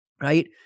right